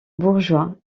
bourgeois